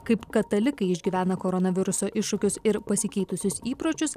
kaip katalikai išgyvena koronaviruso iššūkius ir pasikeitusius įpročius